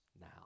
now